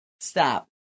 stop